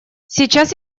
сейчас